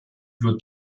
wird